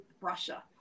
Russia